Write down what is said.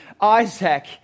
Isaac